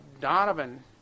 Donovan